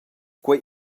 quei